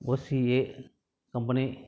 OCA company